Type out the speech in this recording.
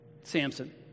Samson